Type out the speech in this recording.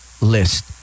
list